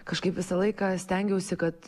kažkaip visą laiką stengiausi kad